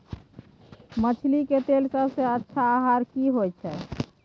मछली के लेल सबसे अच्छा आहार की होय छै?